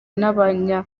n’abanya